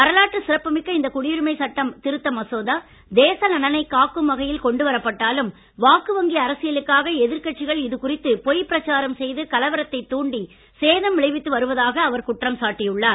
வரலாற்று சிறப்பு மிக்க இந்த குடியுரிமை சட்ட திருத்த மசோதா தேச நலனைக் காக்கும் வகையில் கொண்டுவரப்பட்டாலும் வாக்குவங்கி அரசியலுக்காக எதிர்கட்சிகள் இது குறித்து பொய்பிரச்சாரம் செய்து கலவரத்தை தூண்டி சேதம் விளைவித்து வருவதாக குற்றம் சாட்டியுள்ளார்